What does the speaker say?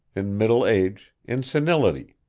in middle age, in senility.